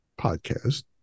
podcast